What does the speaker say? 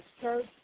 church